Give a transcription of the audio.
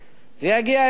זה יגיע אליך.